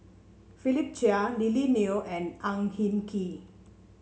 Philip Chia Lily Neo and Ang Hin Kee